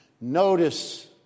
Notice